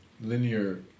linear